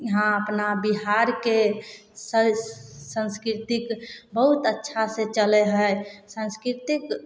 इहाँ अपना बिहारके सब संस्कीर्तिक बहुत अच्छा से चलै है संस्कीर्तिक